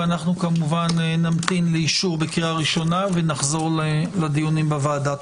ואנחנו כמובן נמתין לאישור קריאה ראשונה במליאה ונחזור לדיונים בוועדה.